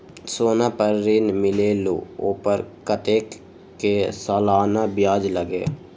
सोना पर ऋण मिलेलु ओपर कतेक के सालाना ब्याज लगे?